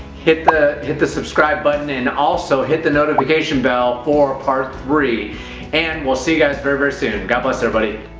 hit the hit the subscribe button, and also hit the notification bell for part three and we'll see you guys very, very soon. god bless everybody.